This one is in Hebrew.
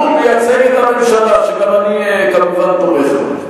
אבל הוא מייצג את הממשלה, שגם אני כמובן תומך בה.